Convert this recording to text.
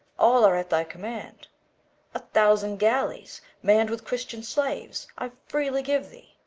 all are at thy command a thousand galleys, mann'd with christian slaves, i freely give thee,